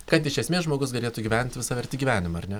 kad iš esmės žmogus galėtų gyvent visavertį gyvenimą ar ne